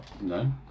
No